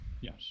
yes